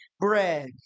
bread